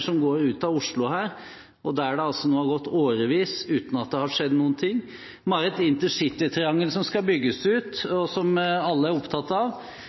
som går ut av Oslo her, og der det altså nå er gått årevis uten at det har skjedd noen ting. Vi har et intercitytriangel som skal bygges ut, og som alle er opptatt av.